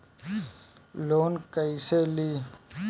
Loan कईसे ली?